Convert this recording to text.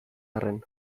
arren